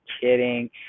kidding